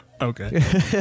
okay